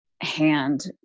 hand